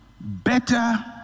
better